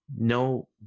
no